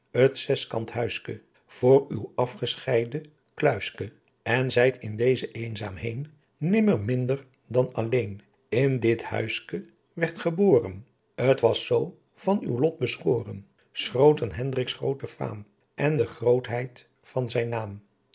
zeskant huiske voor uw afgescheide kluiske en zijt in deeze eenzaamheên nimmer minder dan alleen in dit huiske werdt gebooren t was zoo van uw lot beschooren s grooten henriks groote faam en de grootheid van zijn naam